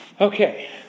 Okay